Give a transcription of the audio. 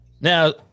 Now